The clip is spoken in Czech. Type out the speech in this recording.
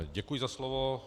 Děkuji za slovo.